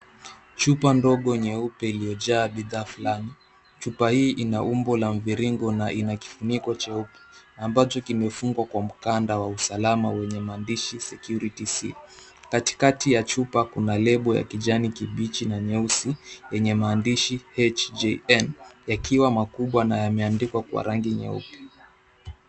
Chupa ndogo nyeupe iliyojaa bidhaa fulani. Chupa hii ina umbo la mviringo na ina kifuniko cheupe ambacho kimefungwa kwa mkanda wa usalama wenye maandishi security seal . Katikati ya chupa kuna lebo ya kijani kibichi na nyeusi yenye maandishi HJN yakiwa makubwa na yameandikwa kwa rangi nyeupe.